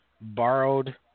borrowed